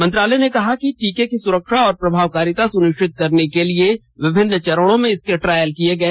मंत्रालय ने कहा कि टीके की सुरक्षा और प्रभावकारिता सुनिश्चित करने के लिए विभिन्न चरणों में इसके ट्रायल किये गए